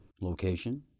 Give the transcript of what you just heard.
location